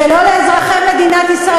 זה לא לאזרחי מדינת ישראל.